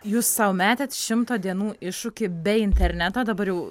jūs sau metėt šimto dienų iššūkį be interneto dabar jau